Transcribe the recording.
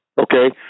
Okay